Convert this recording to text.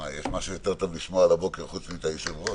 יש משהו יותר טוב לשמוע על הבוקר חוץ מאת היושב-ראש?